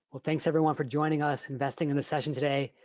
well thanks everyone for joining us, investing in the session today.